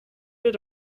did